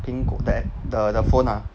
think the the phone ah